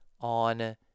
on